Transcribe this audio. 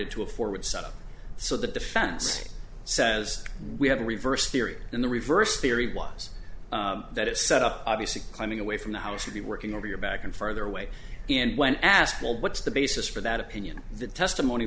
to a forward set up so the defense says we have a reverse theory in the reverse theory was that it set up obviously climbing away from the house to be working over your back and further away and when asked well what's the basis for that opinion the testimony